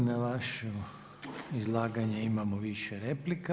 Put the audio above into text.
I na vašu izlaganje imamo više replika.